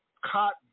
cotton